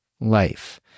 life